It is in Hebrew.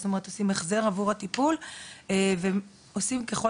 זאת אומרת עושים החזר עבור הטיפול ועושים ככל